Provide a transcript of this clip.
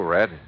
Red